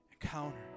encounter